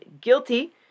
guilty